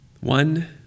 One